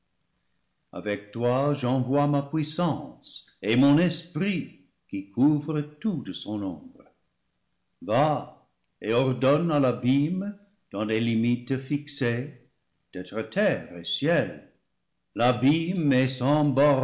avec toi j'envoie ma puissance et mon esprit qui couvre tout de son ombre va et ordonne à l'abîme dans des limites fixées d'être terre et ciel l'abîme est sans